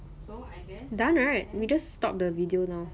done right we just stopped the video now